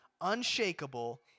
unshakable